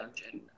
dungeon